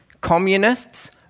communists